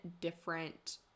different